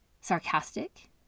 sarcastic